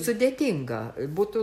sudėtinga būtų